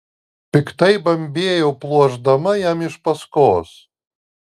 piktai bambėjau pluošdama jam iš paskos